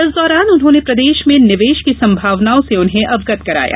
इस दौरान उन्होंने प्रदेश में निवेश की संभावनाओं से अवगत कराया